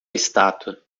estátua